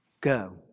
Go